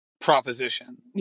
proposition